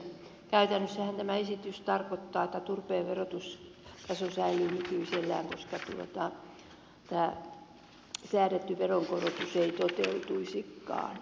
käytännössähän tämä esitys tarkoittaa että turpeen verotustaso säilyy nykyisellään koska tämä säädetty veronkorotus ei toteutuisikaan